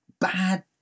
bad